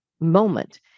moment